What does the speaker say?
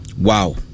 Wow